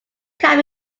can